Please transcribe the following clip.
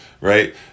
right